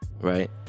right